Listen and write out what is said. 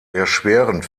erschwerend